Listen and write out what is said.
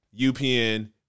UPN